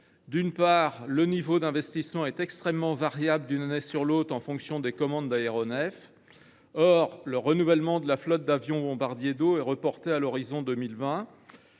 D’une part, le niveau d’investissement est extrêmement variable d’une année sur l’autre en fonction des commandes d’aéronefs. Or le renouvellement de la flotte d’avions bombardiers d’eau est reporté à l’horizon 2030.